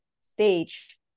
stage